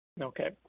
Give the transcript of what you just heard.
Okay